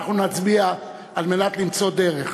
אנחנו נצביע על מנת למצוא דרך,